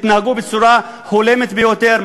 התנהגו בצורה הולמת ביותר,